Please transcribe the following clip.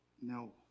No